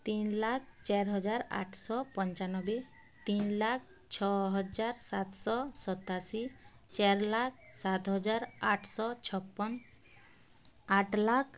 ତିନ୍ ଲାଖ୍ ଚାର୍ ହଜାର୍ ଆଠ୍ଶ ପଞ୍ଚାନବେ ତିନ୍ ଲାଖ୍ ଛଅ ହଜାର୍ ସାତ୍ଶ ସତାଅଶୀ ଚାର୍ ଲାଖ୍ ସାତ୍ ହଜାର୍ ଆଠ୍ଶ ଛପନ୍ ଆଠ୍ ଲାଖ୍